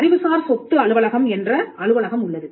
அறிவுசார் சொத்து அலுவலகம் என்ற அலுவலகம் உள்ளது